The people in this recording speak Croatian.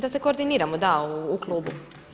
Da se koordiniramo da u klubu.